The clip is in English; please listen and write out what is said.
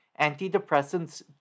Antidepressants